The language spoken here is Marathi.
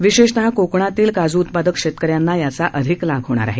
विशेषतः कोकणातील काजू उत्पादक शेतकऱ्यांना याचा लाभ होणार आहे